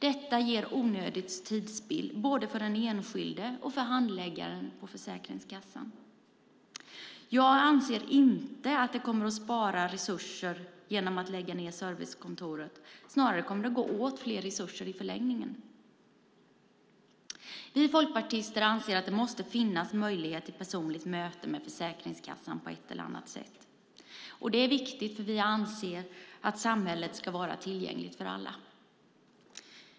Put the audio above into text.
Detta ger onödigt tidsspill både för den enskilde och för handläggarna på Försäkringskassan. Jag anser inte att man kommer att spara resurser genom att lägga ned servicekontoren. Snarare kommer det att gå åt mer resurser i förlängningen. Vi folkpartister anser att det måste finnas en möjlighet till ett personligt möte med Försäkringskassan på ett eller annat sätt. Detta är viktigt, för vi anser att samhället ska vara tillgängligt för alla.